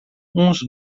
uns